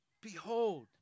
Behold